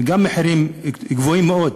וגם המחירים גבוהים מאוד.